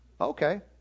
Okay